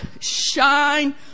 shine